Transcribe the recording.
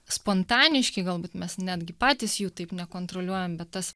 spontaniški galbūt mes netgi patys jų taip nekontroliuojam bet tas